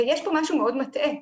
יש פה משהו מאוד מטעה,